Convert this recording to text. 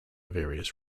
various